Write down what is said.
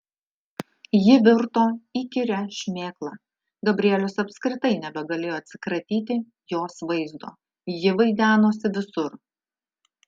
ji virto įkyria šmėkla gabrielius apskritai nebegalėjo atsikratyti jos vaizdo ji vaidenosi visur